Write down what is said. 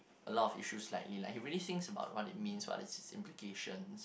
a lot of issues lightly like he really thinks about what it means what's it's implications